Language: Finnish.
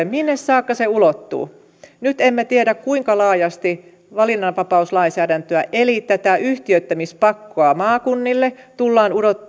minne saakka se ulottuu nyt emme tiedä kuinka laajasti valinnanvapauslainsäädäntöä eli tätä yhtiöittämispakkoa maakunnille tullaan